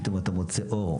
פתאום אתה מוצא אור,